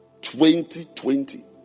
2020